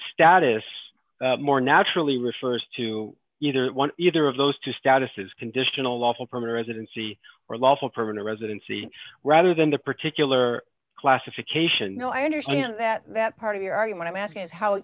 status more naturally refers to either one either of those two status is conditional lawful permanent residency or lawful permanent residency rather than the particular classification no i understand that that part of your argument i'm asking is how